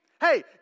hey